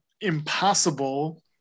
impossible